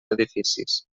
edificis